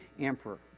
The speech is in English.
emperor